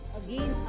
again